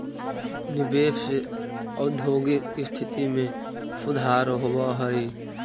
निवेश से औद्योगिक स्थिति में सुधार होवऽ हई